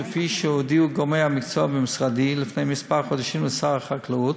כפי שהודיעו גורמי המקצוע במשרדי לפני כמה חודשים לשר החקלאות,